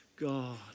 God